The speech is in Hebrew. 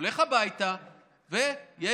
ללכת הביתה ויש